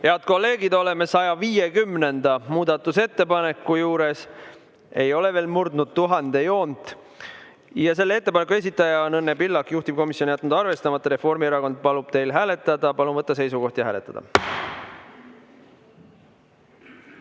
Head kolleegid, oleme 150. muudatusettepaneku juures – ei ole veel murdnud tuhande joont – ja selle ettepaneku esitaja on Õnne Pillak, juhtivkomisjon on jätnud arvestamata. Reformierakond palub teil seda hääletada. Palun võtta seisukoht ja hääletada!